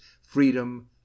freedom